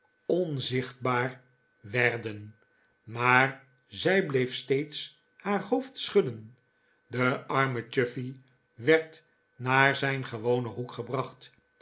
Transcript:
onzichtbaar werden maar zij bleef steeds haar hoofd schudden de arme chuffey werd naar zijn gewonen hoek gebracht